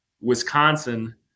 Wisconsin